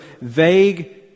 vague